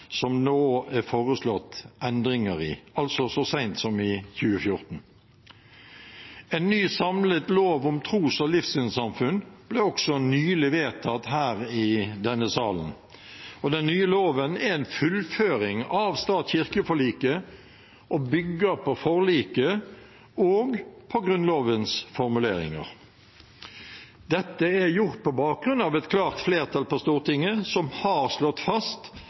som det nå er foreslått endringer i – altså så sent som i 2014. En ny samlet lov om tros- og livssynssamfunn ble også nylig vedtatt her i denne salen. Den nye loven er en fullføring av stat–kirke-forliket og bygger på forliket og på Grunnlovens formuleringer. Dette er gjort på bakgrunn av et klart flertall på Stortinget som har slått fast